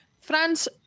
France